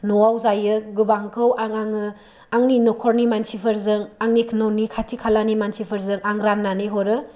न'आव जायो गोबांखौ आङो आंनि न'खरनि मानसिफोरजों आंनि न'नि खाथि खालानि मानसिफोरजों आं राननानै हरो